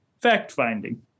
fact-finding